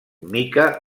mica